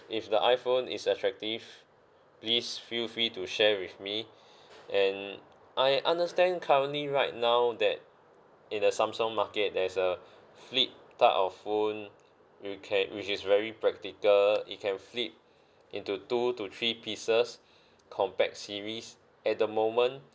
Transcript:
if the iphone is attractive please feel free to share with me and I understand currently right now that in the samsung market there's a flip type of phone you can which is very practical you can flip into two to three pieces compact series at the moment